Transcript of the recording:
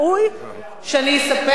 שאני אספר מה קרה.